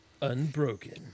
Unbroken